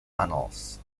tunnels